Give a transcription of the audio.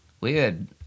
Weird